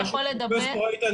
פרופ' איתן